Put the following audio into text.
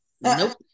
Nope